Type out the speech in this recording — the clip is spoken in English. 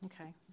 Okay